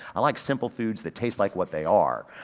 i like simple foods that taste like what they are.